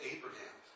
Abraham